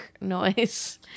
noise